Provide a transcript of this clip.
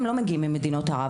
הם לא מגיעים מארצות ערב,